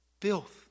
Filth